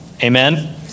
Amen